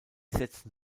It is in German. setzten